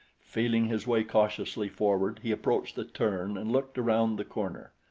feeling his way cautiously forward he approached the turn and looked around the corner.